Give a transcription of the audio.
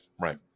right